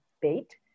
bait